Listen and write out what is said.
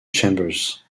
chambers